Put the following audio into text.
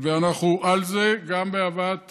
ואנחנו על זה, גם בהבאת